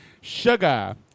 Sugar